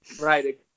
Right